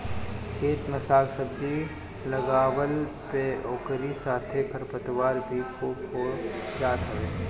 खेत में साग सब्जी लगवला पे ओकरी साथे खरपतवार भी खूब हो जात हवे